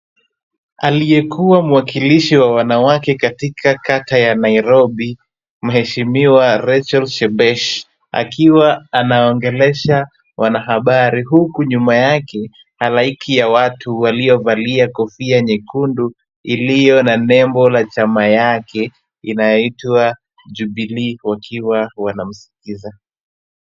Aliyekuwa mwakilishi wa wanawake katika kata ya Nairobi mheshimiwa Rechael Shebesh, akiwa anaongelesha wanahabari huku nyuma yake halaiki ya watu waliovalia kofia nyekundu, iliyo na nembo ya chama yake inayoitwa Jubilee wakiwa wanamsikiza.